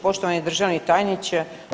Poštovani državni tajniče.